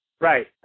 Right